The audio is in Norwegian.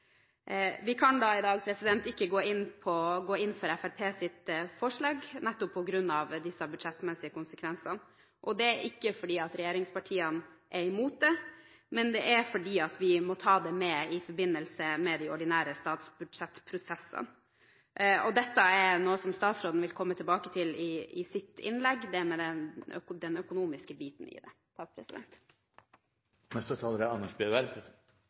Vi kan i dag ikke gå inn for Fremskrittspartiets forslag, nettopp på grunn av disse budsjettmessige konsekvensene. Det er ikke fordi regjeringspartiene er imot det, men fordi vi må ta det med i forbindelse med de ordinære statsbudsjettprosessene. Den økonomiske biten er noe statsråden vil komme tilbake til i sitt innlegg. Jeg vil berømme forslagsstillerne for å fremme et godt og relevant forslag. Det er